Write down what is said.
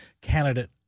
candidate